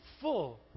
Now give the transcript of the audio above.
full